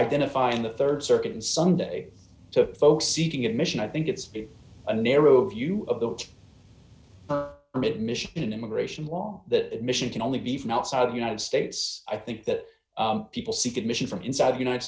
identify in the rd circuit and sunday to folks seeking admission i think it's a narrow view of the mission in immigration law that mission can only be from outside the united states i think that people seek admission from inside the united